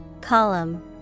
Column